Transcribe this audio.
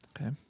Okay